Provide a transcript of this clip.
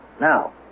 Now